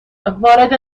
وارد